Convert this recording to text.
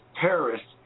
terrorists